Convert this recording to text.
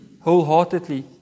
wholeheartedly